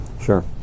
Sure